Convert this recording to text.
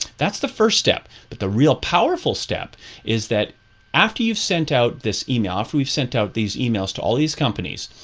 that's the first step. but the real powerful step is that after you've sent out this email. if you've sent out these emails to all these companies,